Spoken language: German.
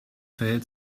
verhält